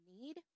need